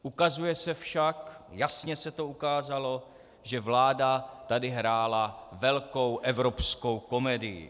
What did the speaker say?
Ukazuje se však, jasně se to ukázalo, že vláda tady hrála velkou evropskou komedii.